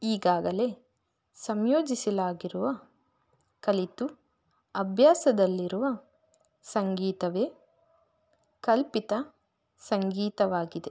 ಈಗಾಗಲೇ ಸಂಯೋಜಿಸಲಾಗಿರುವ ಕಲಿತು ಅಭ್ಯಾಸದಲ್ಲಿರುವ ಸಂಗೀತವೇ ಕಲ್ಪಿತ ಸಂಗೀತವಾಗಿದೆ